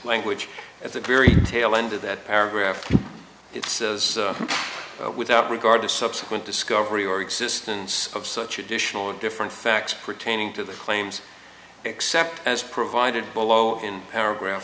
language at the very tail end of that paragraph it says without regard to subsequent discovery or existence of such additional and different facts pertaining to the claims except as provided below in paragraph